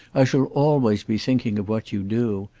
i shall always be thinking of what you do.